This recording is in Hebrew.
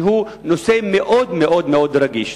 שהוא נושא מאוד מאוד רגיש.